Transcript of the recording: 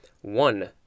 One